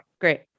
great